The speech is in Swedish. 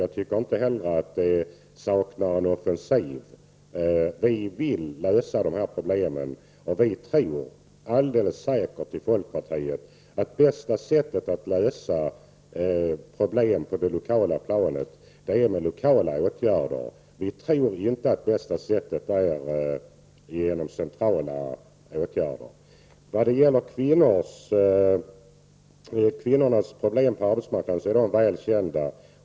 Jag tycker inte heller att det saknar offensiv. Vi i folkpartiet vill lösa dessa problem och tror att bästa sättet är att lösa problem på det lokala planet med lokala åtgärder. Vi tror inte att bästa sättet är genom centrala åtgärder. Kvinnornas problem på arbetsmarknaden är väl kända.